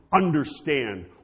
understand